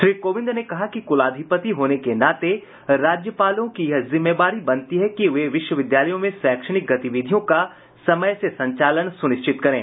श्री कोविंद ने कहा कि कुलाधिपति होने के नाते राज्यपालों की यह जिम्मेवारी बनती है कि वे विश्वविद्यालयों में शैक्षणिक गतिविधियों का समय से संचालन सुनिश्चित करें